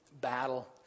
battle